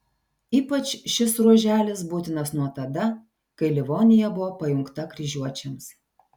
ypač šis ruoželis būtinas nuo tada kai livonija buvo pajungta kryžiuočiams